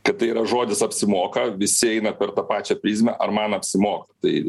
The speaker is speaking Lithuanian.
kad tai yra žodis apsimoka visi eina per tą pačią prizmę ar man apsimoka tai